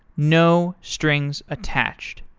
no strings attached.